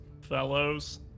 fellows